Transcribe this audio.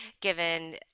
given